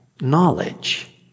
knowledge